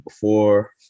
four